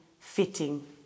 Fitting